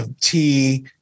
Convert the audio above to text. tea